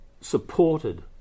supported